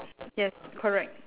yes correct